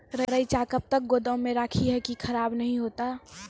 रईचा कब तक गोदाम मे रखी है की खराब नहीं होता?